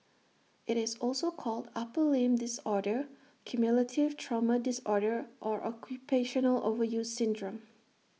IT is also called upper limb disorder cumulative trauma disorder or occupational overuse syndrome